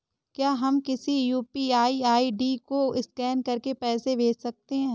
क्या हम किसी यू.पी.आई आई.डी को स्कैन करके पैसे भेज सकते हैं?